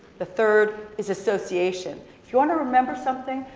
the third is association. if you wanna remember something,